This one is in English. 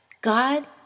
God